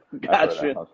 Gotcha